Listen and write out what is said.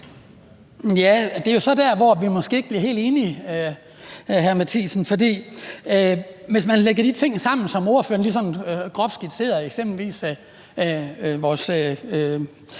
Det er jo så der, hvor vi måske ikke bliver helt enige, hr. Lars Boje Mathiesen. For hvis man lægger de ting sammen, som ordføreren ligesom groft skitserede, eksempelvis vores